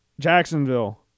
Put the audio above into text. Jacksonville